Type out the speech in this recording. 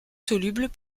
solubles